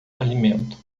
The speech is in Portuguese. alimento